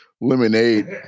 lemonade